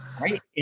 Right